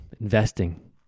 Investing